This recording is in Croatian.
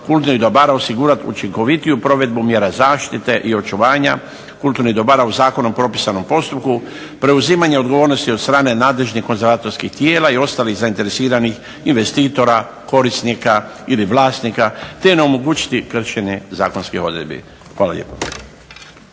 kulturnih dobara osigurat učinkovitiju provedbu mjera zaštite i očuvanja kulturnih dobara u zakonom propisanom postupku, preuzimanje odgovornosti od strane nadležnih konzervatorskih tijela i ostalih zainteresiranih investitora, korisnika ili vlasnika te onemogućiti kršenje zakonskih odredbi. Hvala lijepo.